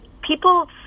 people